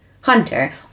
Hunter